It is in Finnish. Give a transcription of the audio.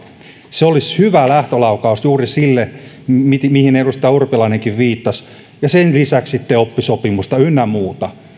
se olisi hyvä lähtölaukaus juuri sille mihin edustaja urpilainenkin viittasi ja sen lisäksi sitten oppisopimusta ynnä muuta